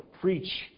preach